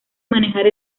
manejar